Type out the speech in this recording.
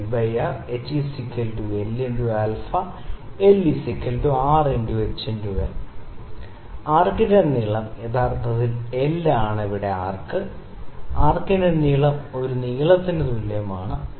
θ lR hL × α l R ×hL ആർക്കിന്റെ നീളം യഥാർത്ഥത്തിൽ എൽ ഇവിടെ ആർക്ക് ആണ് ആർക്ക് നീളം ഒരു നീളത്തിന് തുല്യമാണ്